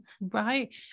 Right